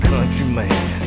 countryman